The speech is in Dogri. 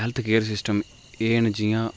हेल्थ केयर सिस्टम एह् न जि'यां